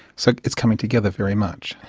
so it's coming together very much.